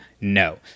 No